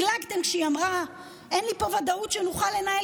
לגלגתם כשהיא אמרה: אין לי פה ודאות שנוכל לנהל